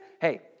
Hey